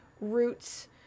roots